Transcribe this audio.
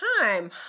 time